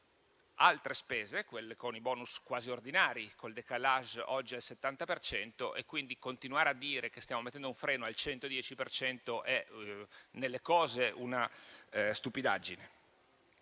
altre spese, quelle con i *bonus* quasi ordinari, con il *décalage* oggi al 70 per cento, e quindi continuare a dire che stiamo mettendo un freno al 110 per cento è nelle cose una stupidaggine.